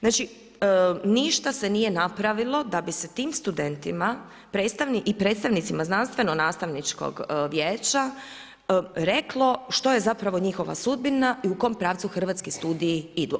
Znači, ništa se nije napravilo da bi se tim studentima i predstavnicima znanstveno nastavničkog vijeća reklo što je zapravo njihova sudbina i u kojem pravcu hrvatskih studiji idu.